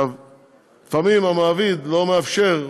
לפעמים המעביד לא מאפשר,